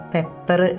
Pepper